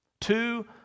Two